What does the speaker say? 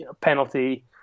penalty